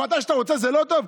ומתי שאתה רוצה זה לא טוב?